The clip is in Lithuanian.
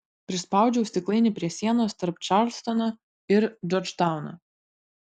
prispaudžiau stiklainį prie sienos tarp čarlstono ir džordžtauno